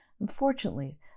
Unfortunately